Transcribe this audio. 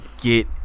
get